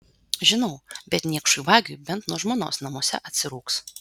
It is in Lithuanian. žinau bet niekšui vagiui bent nuo žmonos namuose atsirūgs